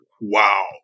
wow